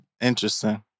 Interesting